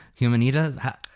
Humanitas